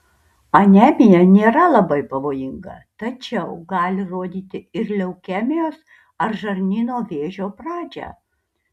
anemija nėra labai pavojinga tačiau gali rodyti ir leukemijos ar žarnyno vėžio pradžią